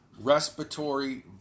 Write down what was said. respiratory